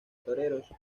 toreros